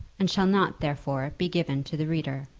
and shall not, therefore, be given to the reader.